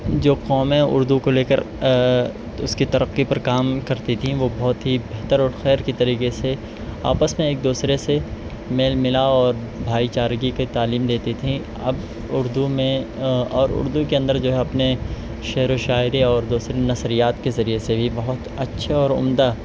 جو قومیں اردو کو لے کر اس کی ترقی پر کام کرتی تھیں وہ بہت ہی بہتر اور خیر کے طریقے سے آپس میں ایک دوسرے سے میل ملاپ اور بھائی چارے کے تعلیم دیتی تھیں اب اردو میں اور اردو کے اندر جو ہے اپنے شعر و شاعری اور دوسری نثری کے ذریعے سے بھی بہت اچھا اور عمدہ